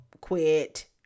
quit